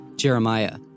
Jeremiah